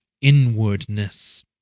inwardness